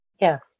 Yes